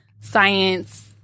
science